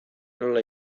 nola